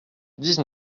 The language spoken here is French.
dix